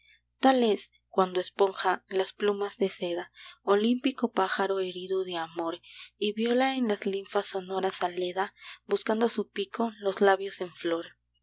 tal es cuando esponja las plumas de seda olímpico pájaro herido de amor y viola en las linfas sonoras a leda buscando su pico los labios en flor